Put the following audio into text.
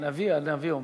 הנביא אומר.